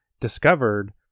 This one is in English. discovered